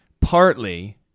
partly